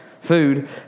food